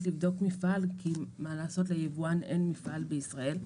לבדוק מפעל כי ליבואן אין מפעל בישראל.